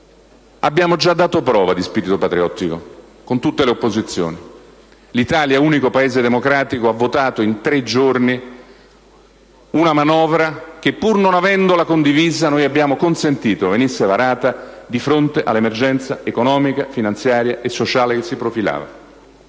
abbiamo già dato prova con tutte le opposizioni. L'Italia, unico Paese democratico, ha votato in tre giorni una manovra che, pur non avendola condivisa, abbiamo consentito venisse varata di fronte all'emergenza economica, finanziaria e sociale che si profilava.